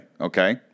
okay